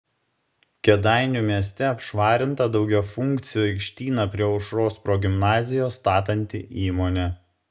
kėdainių mieste apšvarinta daugiafunkcį aikštyną prie aušros progimnazijos statanti įmonė